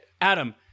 Adam